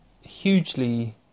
hugely